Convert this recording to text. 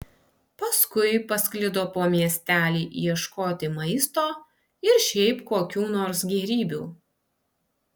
paskui pasklido po miestelį ieškoti maisto ir šiaip kokių nors gėrybių